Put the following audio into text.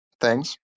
thanks